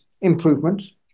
improvements